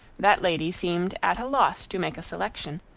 that lady seemed at a loss to make a selection,